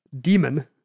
demon